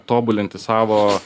tobulinti savo